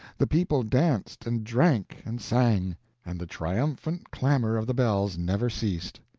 the people danced and drank and sang and the triumphant clamor of the bells never ceased.